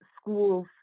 schools